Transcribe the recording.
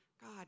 God